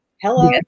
Hello